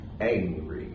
angry